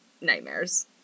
nightmares